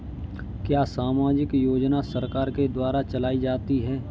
क्या सामाजिक योजना सरकार के द्वारा चलाई जाती है?